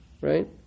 Right